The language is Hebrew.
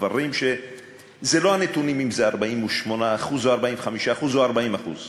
זה לא הנתונים אם זה 48% או 45% או 40%;